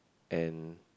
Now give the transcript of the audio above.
and